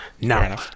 Now